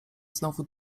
znowu